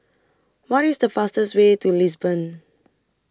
What IS The fastest Way to Lisbon